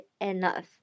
enough